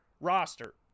roster